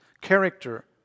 character